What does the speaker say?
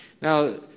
Now